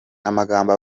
amagambo